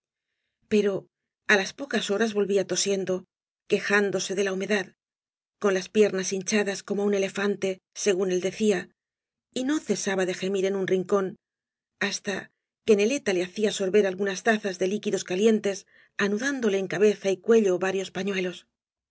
pero á las pocas ho ras volvía tosiendo quejándose de la humedad con las piernas hinchadas como un elefante según él decía y no cesaba de gemir en un rincóni hasta que neleta le hacía sorber algunas tazae de líquidos calientes anudándole en cabeza y cuello varios pañuelos